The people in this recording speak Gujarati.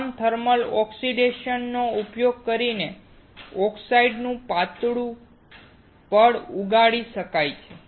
આમ થર્મલ ઓક્સિડેશન નો ઉપયોગ કરીને ઓક્સાઇડનું પાતળું પડ પણ ઉગાડી શકાય છે